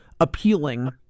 appealing